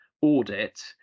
audit